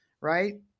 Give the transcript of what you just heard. right